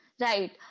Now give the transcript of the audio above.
Right